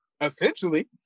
Essentially